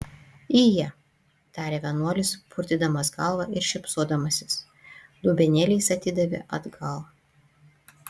ije tarė vienuolis purtydamas galva ir šypsodamasis dubenėlį jis atidavė atgal